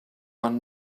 one